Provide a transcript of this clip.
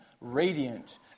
radiant